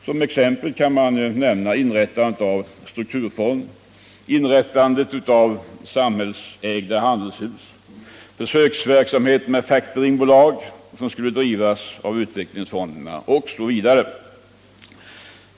Som exempel kan nämnas inrättandet av en strukturfond, inrättandet av samhällsägda handelshus samt försöksverksamhet med factoringbolag, som skulle drivas av utvecklingsfonderna.